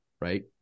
right